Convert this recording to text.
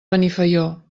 benifaió